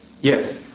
Yes